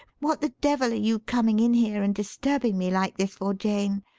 what the devil are you coming in here and disturbing me like this for, jane?